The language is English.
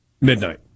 midnight